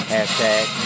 Hashtag